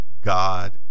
God